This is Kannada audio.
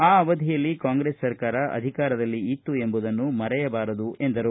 ಆ ಅವಧಿಯಲ್ಲಿ ಕಾಂಗೆಸ್ನ ಸರ್ಕಾರ ಅಧಿಕಾರದಲ್ಲಿ ಇತ್ತು ಎಂಬುದನ್ನು ಮರೆಯಬಾರದು ಎಂದರು